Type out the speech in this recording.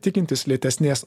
tikintis lėtesnės